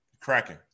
Cracking